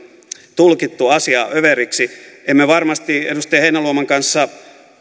tulkittu asiaa överiksi emme varmasti edustaja heinäluoman kanssa